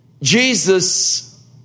Jesus